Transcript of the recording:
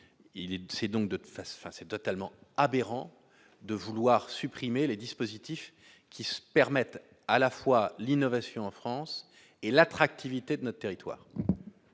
c'est totalement aberrant de vouloir supprimer les dispositifs qui permettent à la fois l'innovation en France et l'attractivité de notre territoire.